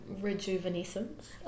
rejuvenescence